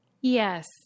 Yes